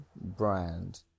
brand